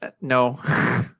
No